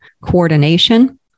coordination